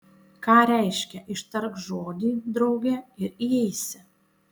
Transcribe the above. ką reiškia ištark žodį drauge ir įeisi